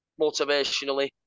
motivationally